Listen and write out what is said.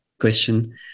question